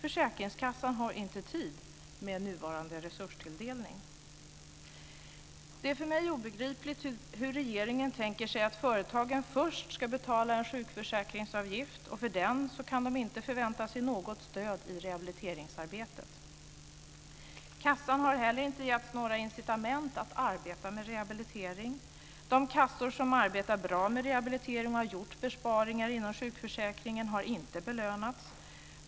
Försäkringskassan har inte tid med nuvarande resurstilldelning. Det är för mig obegripligt hur regeringen tänker sig att företagen först ska betala en sjukförsäkringsavgift för vilken de sedan inte kan förvänta sig något stöd i rehabiliteringsarbetet. Kassan har heller inte getts några incitament att arbeta med rehabilitering. De kassor som arbetar bra med rehabilitering och har gjort besparingar inom sjukförsäkringen har inte belönats.